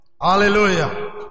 Hallelujah